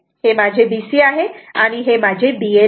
हे माझे B C आहे आणि हे माझे BL आहे